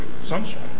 Sunshine